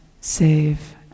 save